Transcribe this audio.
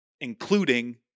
including